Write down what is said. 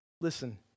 Listen